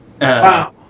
Wow